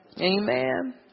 Amen